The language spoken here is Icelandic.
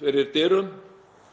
skyldi kalla,